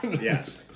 Yes